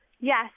Yes